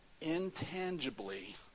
intangibly